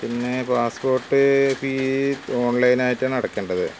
പിന്നേ passport fee ഓൺലൈനായിട്ടാണ് അടയ്ക്കേണ്ടത്